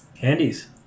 candies